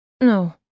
No